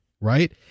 right